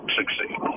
succeed